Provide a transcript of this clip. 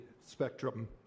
spectrum